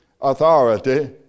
authority